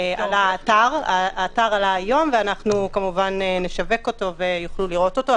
האתר עלה היום ואנחנו כמובן נשווק אותו ויוכלו לראות אותו,